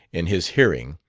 in his hearing,